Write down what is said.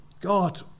God